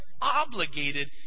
obligated